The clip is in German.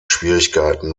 schwierigkeiten